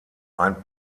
ein